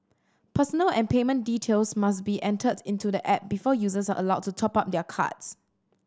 personal and payment details must be entered into the app before users are allowed to top up their cards